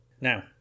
Now